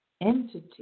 entity